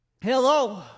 Hello